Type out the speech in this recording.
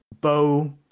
bow